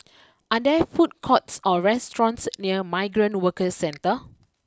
are there food courts or restaurants near Migrant Workers Centre